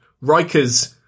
Riker's